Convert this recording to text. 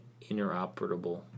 interoperable